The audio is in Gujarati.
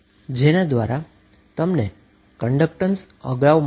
જેના દ્વારા તમને આ કન્ડક્ટન્સ મળ્યું